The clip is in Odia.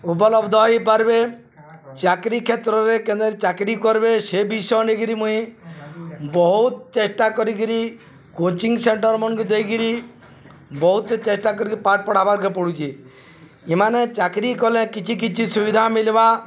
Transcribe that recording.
ଉପଲବ୍ଧ ହେଇପାର୍ବେ ଚାକିରୀ କ୍ଷେତ୍ରରେ କେନେ ଚାକିରି କରିବେ ସେ ବିଷୟ ନେଇକିରି ମୁଇଁ ବହୁତ ଚେଷ୍ଟା କରିକିରି କୋଚିଂ ସେଣ୍ଟର୍ମାନ୍ଙ୍କୁ ଦେଇକିରି ବହୁତ ଚେଷ୍ଟା କରିକି ପାଠ ପଢ଼ବାର୍କେ ପଡ଼ୁଛି ଏମାନେ ଚାକିରି କଲେ କିଛି କିଛି ସୁବିଧା ମିଲିବା